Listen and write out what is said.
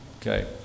Okay